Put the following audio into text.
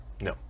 No